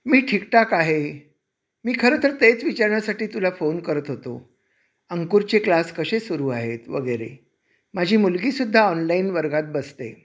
मी ठीकठाक आहे मी खरंतर तेच विचारण्यासाठी तुला फोन करत होतो अंकुरचे क्लास कसे सुरू आहेत वगैरे माझी मुलगीसुद्धा ऑनलाईन वर्गात बसते